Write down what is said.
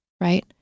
right